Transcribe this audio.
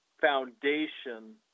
foundation